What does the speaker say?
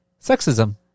sexism